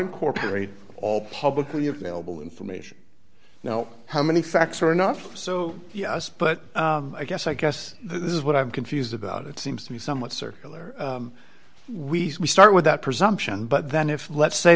incorporate all publicly available information now how many facts or not so yes but i guess i guess this is what i'm confused about it seems to me somewhat circular we start with that presumption but then if let's say